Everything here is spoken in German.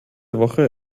woche